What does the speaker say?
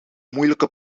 moeilijke